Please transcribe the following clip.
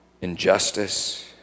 injustice